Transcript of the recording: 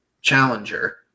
challenger